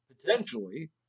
potentially